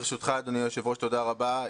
ברשותך, אדוני היושב ראש, תודה רבה.